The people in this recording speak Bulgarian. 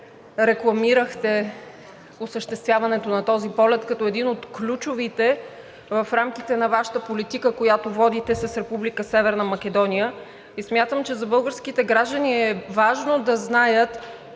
рекламирахте осъществяването на този полет като един от ключовите в рамките на Вашата политика, която водите с Република Северна Македония, и смятам, че за българските граждани е важно да знаят